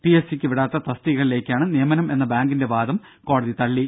P S C ക്ക് വിടാത്ത തസ്തികകളിലേക്കാണ് നിയമനം എന്ന ബാങ്കിന്റെ വാദം കോടതി തള്ളി